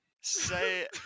Say